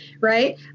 right